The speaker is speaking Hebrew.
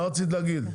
מה רצית להגיד?